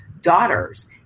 daughters